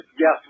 Yes